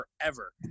forever